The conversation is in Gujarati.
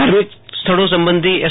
ધાર્મિક સ્થળો સંબંધી એસ